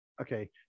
Okay